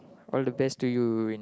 all the best to you in